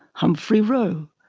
humphrey roe,